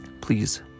Please